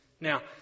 Now